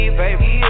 baby